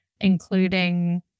including